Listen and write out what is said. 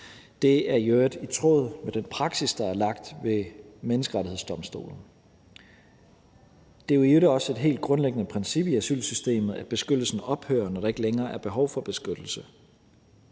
Det er i øvrigt i tråd med den praksis, der er lagt ved Menneskerettighedsdomstolen. Det er i øvrigt også et helt grundlæggende princip i asylsystemet, at beskyttelsen ophører, når der ikke længere er behov for beskyttelse,